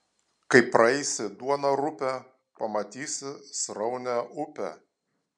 kai praeisi duoną rupią pamatysi sraunią upę